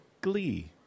Glee